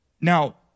Now